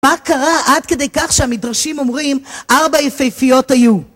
מה קרה עד כדי כך שהמדרשים אומרים ארבע יפיפיות היו?